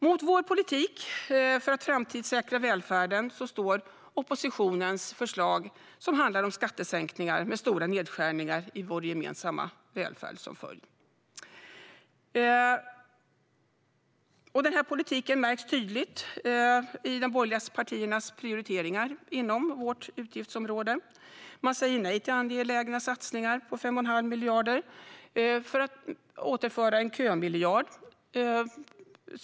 Mot vår politik för att framtidssäkra välfärden står oppositionens förslag som handlar om skattesänkningar, med stora nedskärningar i vår gemensamma välfärd som följd. Den politiken märks tydligt i de borgerliga partiernas prioriteringar inom vårt utgiftsområde. Man säger nej till angelägna satsningar på 5 1⁄2 miljard för att återinföra en kömiljard.